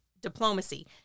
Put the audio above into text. diplomacy